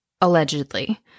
Allegedly